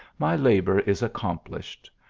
my labour is accomplished.